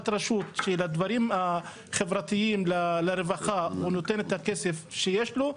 שהדברים החברתיים לרווחה הוא נותן את הכסף שיש לו,